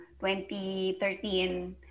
2013